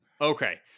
Okay